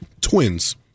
Twins